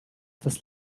das